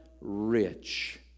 rich